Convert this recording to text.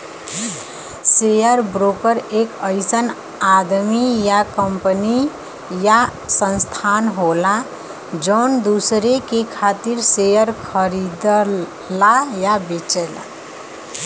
share broker एक अइसन आदमी या कंपनी या संस्थान होला जौन दूसरे के खातिर शेयर खरीदला या बेचला